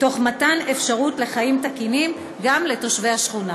תוך מתן אפשרות לחיים תקינים גם לתושבי השכונה.